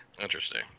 Interesting